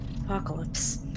Apocalypse